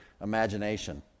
imagination